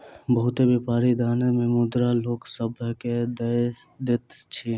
बहुत व्यापारी दान मे मुद्रा लोक सभ के दय दैत अछि